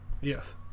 Yes